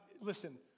Listen